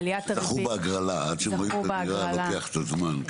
זכו בהגרלה, עד שהם רואים את הדירה לוקח קצת זמן.